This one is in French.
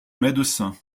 médecins